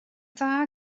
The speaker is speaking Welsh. dda